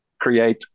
create